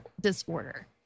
disorder